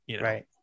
Right